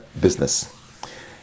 business